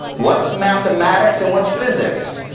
what's mathematics and what's physics,